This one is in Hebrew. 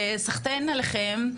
אז סחתין עליכם,